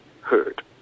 heard